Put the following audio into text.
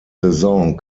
saison